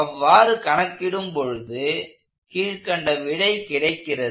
அவ்வாறு கணக்கிடும் பொழுது கீழ்க்கண்ட விடை கிடைக்கிறது